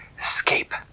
escape